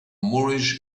moorish